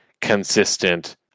consistent